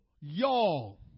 y'all